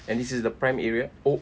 and this is the prime area oh